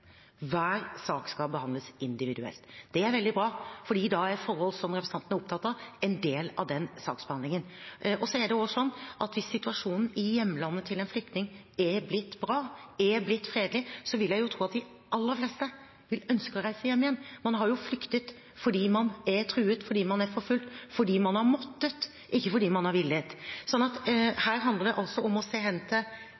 opptatt av, en del av den saksbehandlingen. Hvis situasjonen i hjemlandet til en flyktning er blitt bra og fredelig, vil jeg tro at de aller fleste vil ønske å reise hjem igjen. Man har jo flyktet fordi man er truet eller forfulgt – fordi man har måttet, ikke fordi man har villet.